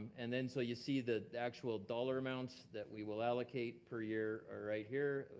and then, so you see the actual dollar amount that we will allocate per year ah right here,